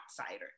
outsider